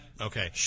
Okay